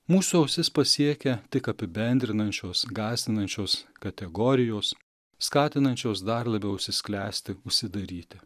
mūsų ausis pasiekia tik apibendrinančios gąsdinančios kategorijos skatinančios dar labiau užsisklęsti užsidaryti